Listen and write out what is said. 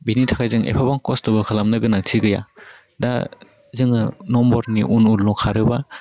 बेनि थाखाइ जों एफाबां खस्टबो खालामनो गोनांथि गैया दा जोङो नम्बरनि उन उनल' खारोबा